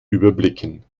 überblicken